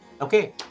Okay